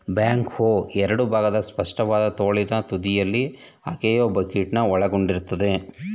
back ಹೋ ಎರಡು ಭಾಗದ ಸ್ಪಷ್ಟವಾದ ತೋಳಿನ ತುದಿಯಲ್ಲಿ ಅಗೆಯೋ ಬಕೆಟ್ನ ಒಳಗೊಂಡಿರ್ತದೆ